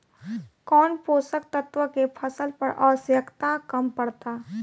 कौन पोषक तत्व के फसल पर आवशयक्ता कम पड़ता?